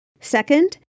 Second